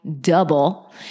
double